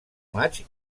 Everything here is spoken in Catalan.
maig